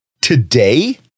today